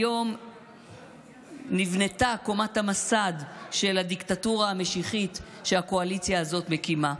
היום נבנתה קומת המסד של הדיקטטורה המשיחית שהקואליציה הזאת מקימה.